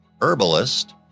herbalist